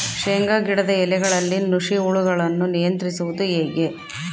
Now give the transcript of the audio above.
ಶೇಂಗಾ ಗಿಡದ ಎಲೆಗಳಲ್ಲಿ ನುಷಿ ಹುಳುಗಳನ್ನು ನಿಯಂತ್ರಿಸುವುದು ಹೇಗೆ?